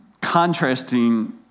contrasting